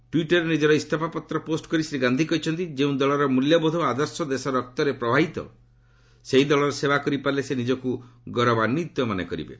ଟ୍ୱିଟର୍ରେ ନିଜ ଇସଫା ପତ୍ର ପୋଷ୍ଟ କରି ଶ୍ରୀ ଗାନ୍ଧି କହିଛନ୍ତି ଯେଉଁ ଦଳର ମୂଲ୍ୟବୋଧ ଓ ଆଦର୍ଶ ଦେଶର ରକ୍ତରେ ପ୍ରବାହିତ ସେହି ଦଳର ସେବା କରିପାରିଲେ ସେ ନିଜକୁ ଗୌରବାନ୍ୱିତ ମନେ କରିବେ